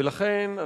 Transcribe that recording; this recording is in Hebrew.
ולכן,